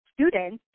students